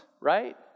right